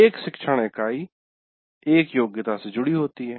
एक शिक्षण इकाई एक योग्यता से जुड़ी होती है